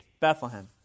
Bethlehem